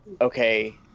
okay